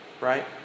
Right